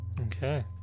Okay